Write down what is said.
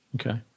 Okay